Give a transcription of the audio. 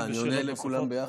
אני עונה לכולם ביחד?